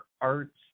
Arts